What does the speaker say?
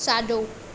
साजो॒